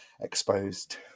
exposed